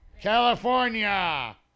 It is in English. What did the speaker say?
California